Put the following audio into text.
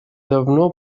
давно